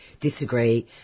disagree